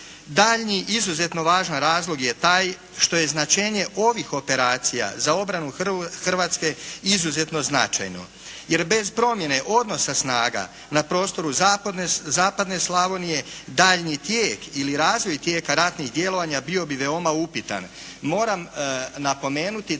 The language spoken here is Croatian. Daljnji izuzetno važan razlog je taj što je značenje ovih operacija za obranu Hrvatske izuzetno značajno, jer bez promjene odnosa snaga na prostoru zapadne Slavonije, daljnji tijek ili razvoj tijeka ratnih djelovanja bio bi veoma upitan. Moram napomenuti da do